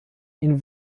ihn